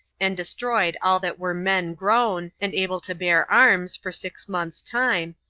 and destroyed all that were men grown, and able to bear arms, for six months' time,